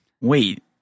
Wait